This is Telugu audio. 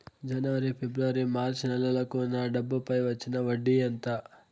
జనవరి, ఫిబ్రవరి, మార్చ్ నెలలకు నా డబ్బుపై వచ్చిన వడ్డీ ఎంత